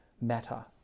matter